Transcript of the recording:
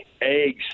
eggs